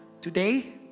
Today